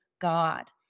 God